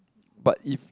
but if